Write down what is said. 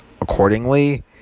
accordingly